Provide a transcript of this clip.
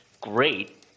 great